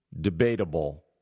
debatable